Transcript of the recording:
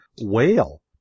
whale